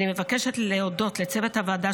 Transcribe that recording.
אני מבקשת להודות לצוות הוועדה,